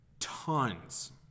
Tons